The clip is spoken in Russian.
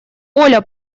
оля